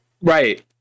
Right